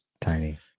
tiny